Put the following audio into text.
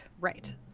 Right